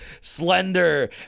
slender